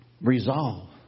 Resolve